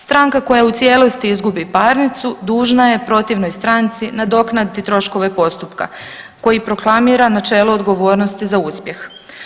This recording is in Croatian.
Stranka koja u cijelosti izgubi parnicu dužna je protivnoj stranci nadoknaditi troškove postupka koji proklamira načelo odgovornosti za uspjeh.